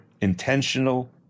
intentional